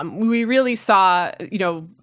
um we we really saw, you know,